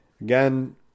again